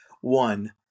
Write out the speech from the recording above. One